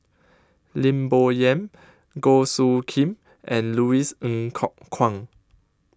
Lim Bo Yam Goh Soo Khim and Louis Ng Kok Kwang